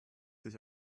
sich